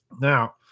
Now